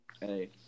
hey